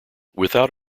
without